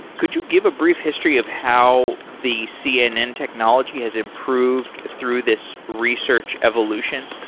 could you give a brief history of how the cnn technology has improved through this research evolution?